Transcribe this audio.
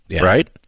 Right